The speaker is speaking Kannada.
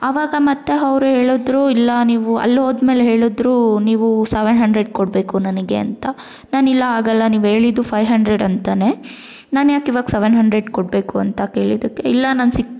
ಆವಾಗ ಮತ್ತೆ ಅವ್ರು ಹೇಳಿದ್ರು ಇಲ್ಲ ನೀವು ಅಲ್ಲಿ ಹೋದ್ಮೇಲೆ ಹೇಳಿದ್ರು ನೀವು ಸವೆನ್ ಹಂಡ್ರೆಡ್ ಕೊಡಬೇಕು ನನಗೆ ಅಂತ ನಾನು ಇಲ್ಲ ಆಗಲ್ಲ ನೀವು ಹೇಳಿದ್ದು ಫೈವ್ ಹಂಡ್ರೆಡ್ ಅಂತಾನೆ ನಾನ್ಯಾಕೆ ಇವಾಗ ಸವೆನ್ ಹಂಡ್ರೆಡ್ ಕೊಡಬೇಕು ಅಂತ ಕೇಳಿದ್ದಕ್ಕೆ ಇಲ್ಲ ನಾನು ಸಿಕ್